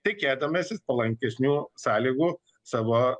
tikėdamasis palankesnių sąlygų savo